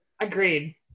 Agreed